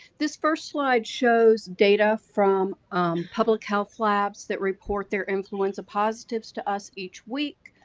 this first slide shows data from um public health labs that report their influenza positives to us each week.